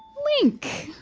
link!